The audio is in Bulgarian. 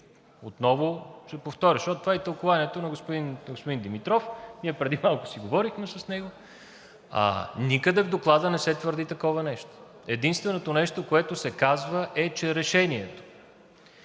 отново ще повторя, защото това е тълкуванието и на господин Димитров, ние преди малко си говорихме с него, никъде в Доклада не се твърди такова нещо. Единственото нещо, което се казва, е, че решение